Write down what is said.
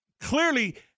clearly